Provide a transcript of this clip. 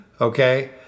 Okay